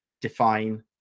define